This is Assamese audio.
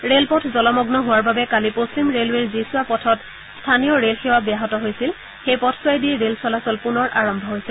ৰেলপথ জলমন্ন হোৱাৰ বাবে কালি পশ্চিম ৰেলৱেৰ যিছোৱা পথত স্থানীয় ৰেলসেৱা ব্যাহত হৈছিল সেই পথছোৱাইদি ৰেল চলাচল পুনৰ আৰম্ভ হৈছে